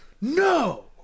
no